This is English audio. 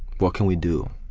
what can we do,